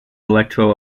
electro